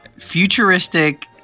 futuristic